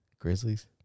Grizzlies